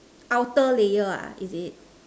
outer later is it